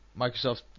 Microsoft